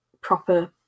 proper